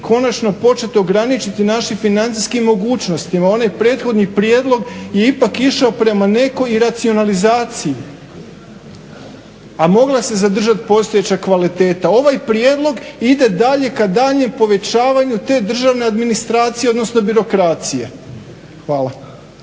morati početi ograničiti našim financijskim mogućnostima. Onaj prethodni prijedlog je ipak išao prema nekoj racionalizaciji, a mogla se zadržati postojeća kvaliteta. Ovaj prijedlog ide dalje ka daljnjem povećavanju te državne administracije odnosno birokracije. Hvala.